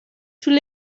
tous